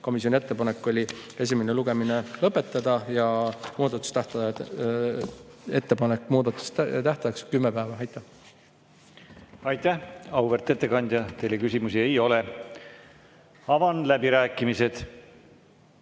Komisjoni ettepanek oli esimene lugemine lõpetada ja muudatusettepanekute tähtajaks [määrata] kümme päeva. Aitäh! Aitäh, auväärt ettekandja! Teile küsimusi ei ole. Avan läbirääkimised.